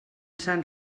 sant